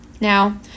Now